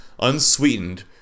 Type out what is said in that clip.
unsweetened